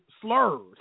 slurs